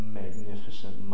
magnificent